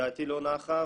דעתי לא נחה.